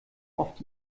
oft